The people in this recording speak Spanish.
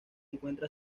encuentra